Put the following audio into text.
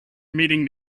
meeting